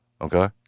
Okay